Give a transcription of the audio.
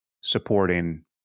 supporting